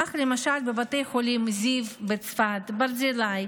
כך למשל בבתי החולים זיו בצפת, ברזילי,